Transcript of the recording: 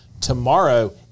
tomorrow